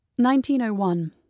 1901